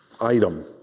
item